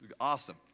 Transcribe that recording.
Awesome